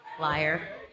Liar